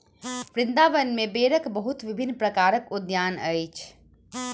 वृन्दावन में बेरक बहुत विभिन्न प्रकारक उद्यान अछि